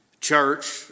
Church